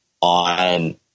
on